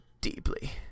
deeply